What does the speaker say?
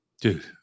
Dude